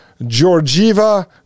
Georgieva